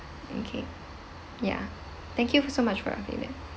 okay ya thank you for so much for your feedback